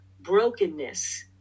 brokenness